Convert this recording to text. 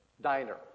diner